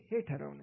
हे ठरवणे